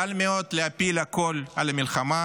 קל מאוד להפיל הכול על המלחמה,